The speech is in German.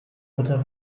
mutter